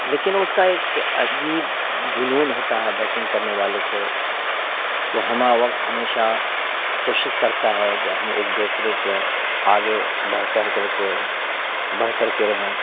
لیکن اس کا ایک عجب جنون ہوتا ہے بائیکنگ کرنے والے کو وہ ہمہ وقت ہمیشہ کوشش کرتا ہے کہ ہم ایک دوسرے کے آگے بڑھ چڑھ کر کے بڑھ کر کے رہیں